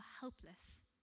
helpless